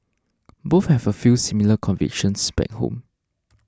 both have a few similar convictions back home